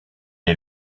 est